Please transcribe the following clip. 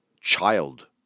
child